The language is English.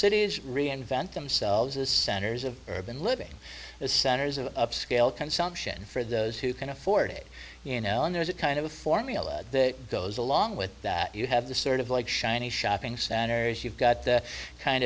cities reinvent themselves as centers of urban living the centers of upscale consumption for those who can afford it you know and there's a kind of a formula that goes along with that you have the sort of like shiny shopping centers you've got the kind